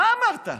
מה אמרת?